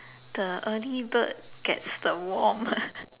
the early bird gets the worm ah